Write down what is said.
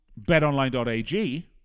betonline.ag